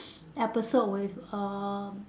episode with uh